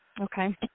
Okay